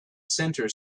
center